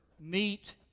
meet